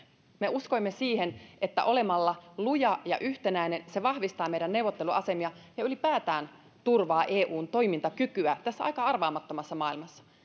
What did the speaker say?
me uskoimme siihen että olemalla luja ja yhtenäinen vahvistamme meidän neuvotteluasemiamme ja ylipäätään turvaamme eun toimintakykyä tässä aika arvaamattomassa maailmassa voimme